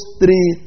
three